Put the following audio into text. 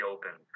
Open